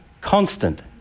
constant